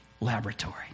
laboratory